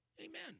Amen